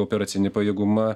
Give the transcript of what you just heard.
operacinį pajėgumą